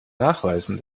nachweisen